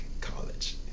college